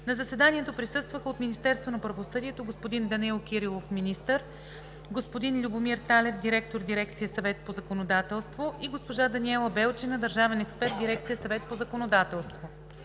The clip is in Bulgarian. На заседанието присъстваха: от Министерството на правосъдието: господин Данаил Кирилов – министър, господин Любомир Талев – директор на дирекция „Съвет по законодателство“, и госпожа Даниела Белчина – държавен експерт в дирекция „Съвет по законодателство“.